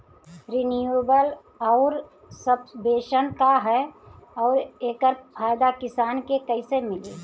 Renewable आउर subvention का ह आउर एकर फायदा किसान के कइसे मिली?